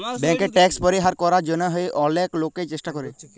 ব্যাংকে ট্যাক্স পরিহার করার জন্যহে অলেক লোকই চেষ্টা করে